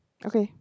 okay